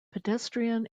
pedestrian